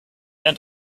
and